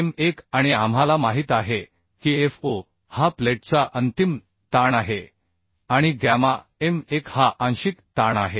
m1 आणि आम्हाला माहित आहे की फू हा प्लेटचा अंतिम ताण आहे आणि गॅमा m1 हा आंशिक ताण आहे